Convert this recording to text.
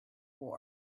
war